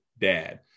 dad